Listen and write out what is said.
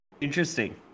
interesting